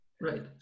Right